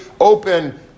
open